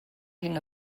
hyn